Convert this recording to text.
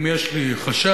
אם יש לי חשש,